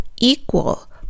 equal